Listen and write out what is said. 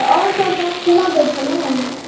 तऽ आओर सब गाछ केना बेचलहुॅं